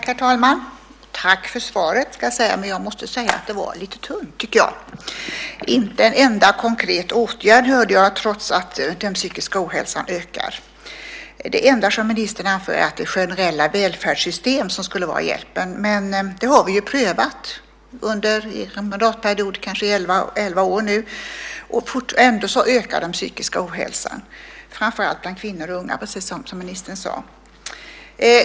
Herr talman! Tack för svaret, ska jag säga, men jag måste säga att det var lite tunt. Inte en enda konkret åtgärd hörde jag, trots att den psykiska ohälsan ökar. Det enda ministern anför är att generella välfärdssystem skulle vara hjälpen. Det har vi ju prövat under era mandatperioder, kanske elva år nu, och ändå ökar den psykiska ohälsan - framför allt bland kvinnor och unga, precis som ministern sade.